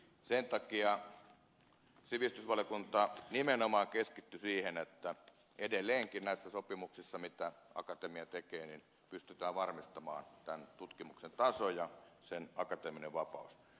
sen takia sivistysvaliokunta nimenomaan keskittyi siihen että edelleenkin näissä sopimuksissa mitä akatemia tekee pystytään varmistamaan tutkimuksen taso ja sen akateeminen vapaus